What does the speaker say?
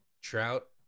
Trout